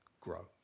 grow